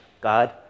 God